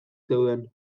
zeuden